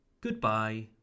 Goodbye